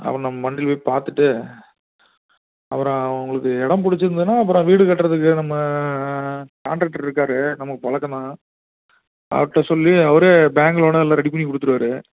அப்புறம் நான் மண்டியில் போய் பார்த்துட்டு அப்புறம் உங்களுக்கு இடம் பிடிச்சிருந்ததுன்னா அப்புறம் வீடு கட்டுறதுக்கு நம்ம கான்ட்ராக்டர் இருக்கார் நமக்கு பழக்கம் தான் பார்க்க சொல்லி அவரே பேங்க் லோனு எல்லாம் ரெடி பண்ணி கொடுத்துடுவாரு